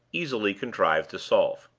easily contrived to solve.